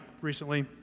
recently